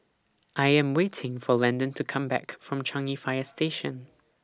I Am waiting For Landon to Come Back from Changi Fire Station